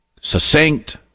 succinct